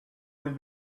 will